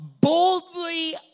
boldly